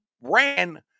ran